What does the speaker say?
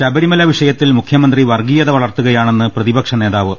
ശബരിമല വിഷയത്തിൽ മുഖ്യമന്ത്രി വർഗ്ഗീയത വളർത്തുകയാണെന്ന് പ്രതിപക്ഷ നേതാവ്